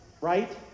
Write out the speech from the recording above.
right